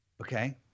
Okay